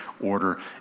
order